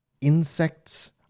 Insects